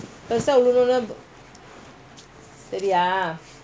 பெருசாவிழுகணும்னுசரியா:perusha vilukanumnu sariyaa